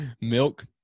Milk